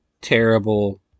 terrible